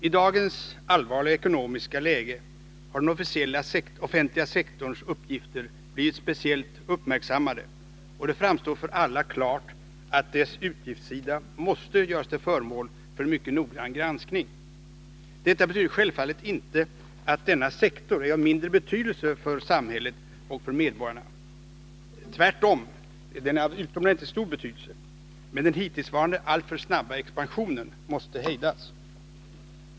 I dagens allvarliga ekonomiska läge har den offentliga sektorns utgifter blivit speciellt uppmärksammade, och det framstår för alla klart att dess utgiftssida måste göras till föremål för en mycket noggrann granskning. Detta betyder självfallet inte att denna sektor är av mindre betydelse för samhället och för medborgarna. Tvärtom är den av utomordentligt stor betydelse. Men den hittillsvarande, alltför snabba expansionen måste hejdas.